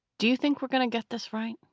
do you think we're gonna get this right?